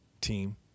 team